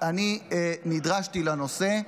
נדרשתי לנושא.